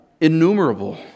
innumerable